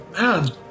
Man